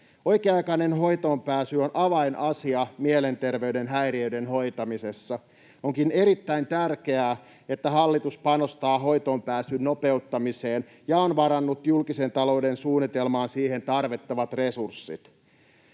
Oikea-aikainen hoitoonpääsy on avainasia mielenterveyden häiriöiden hoitamisessa. Onkin erittäin tärkeää, että hallitus panostaa hoitoonpääsyn nopeuttamiseen ja on varannut julkisen talouden suunnitelmaan siihen tarvittavat resurssit.